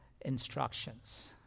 instructions